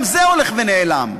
גם זה הולך ונעלם.